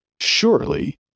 Surely